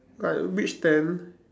like which stand